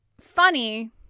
funny